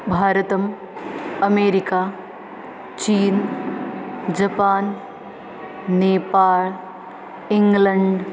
भारतम् अमेरिका चीना Japan Nepal England